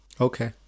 Okay